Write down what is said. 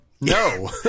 no